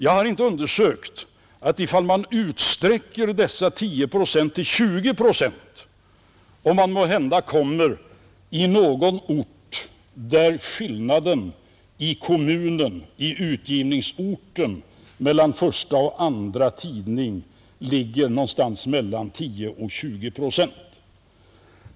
Jag har inte undersökt om man, ifall man utsträcker dessa 10 procent till 20 procent, måhända får fram någon ort där skillnaden i kommunen, i utgivningsorten, mellan förstaoch andratidning ligger någonstans mellan 10 och 20 procent.